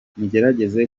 mugerageze